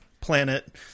planet